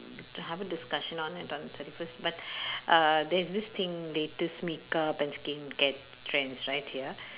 to have a discussion on it on thirty first but err there's this thing latest makeup and skincare trends right here